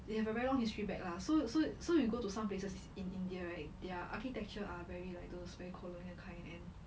they have a very long history back lah so so so yo go to some places in india right their architecture are very like those very colonial kind and